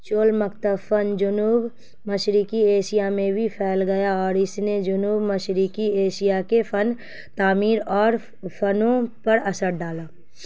چول مکتب فن جنوب مشرقی ایشیا میں بھی پھیل گیا اور اس نے جنوب مشرقی ایشیا کے فن تعمیر اور فنوں پر اثر ڈالا